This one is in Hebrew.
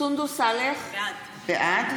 סונדוס סאלח, בעד